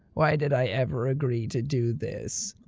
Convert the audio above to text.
why did i ever agree to do this?